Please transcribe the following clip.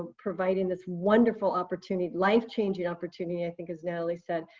providing this wonderful opportunity, life changing opportunity, i think as natalie said,